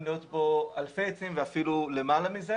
להיות בו אלפי עצים ואפילו למעלה מזה.